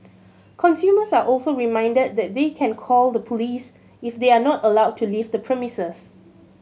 consumers are also reminded that they can call the police if they are not allowed to leave the premises